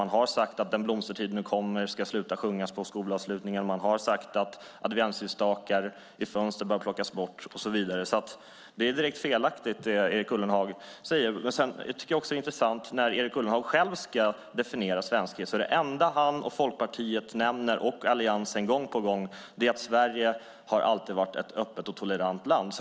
Man har sagt att Den blomstertid nu kommer inte ska sjungas på skolavslutningar. Man har sagt att adventsljusstakar i fönster bör plockas bort. Det Erik Ullenhag säger är direkt felaktigt. Jag tycker också att det är intressant att när Erik Ullenhag själv ska definiera svenskhet är det enda han, Folkpartiet och Alliansen nämner att Sverige alltid har varit ett öppet och tolerant land.